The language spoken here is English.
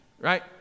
right